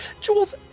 Jules